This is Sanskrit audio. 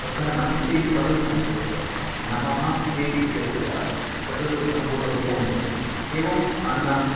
वस्तुतः नमस्ते इति पदं संस्कृतपदं नमः ति इत्यस्य तद् सम्पूर्णरूपं भवति एवम् अन्नम्